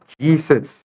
Jesus